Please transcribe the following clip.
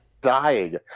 dying